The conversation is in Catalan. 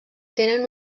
tenen